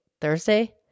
Thursday